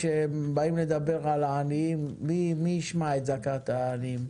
כשבאים לדבר על העניים מי ישמע את זעקת העניים?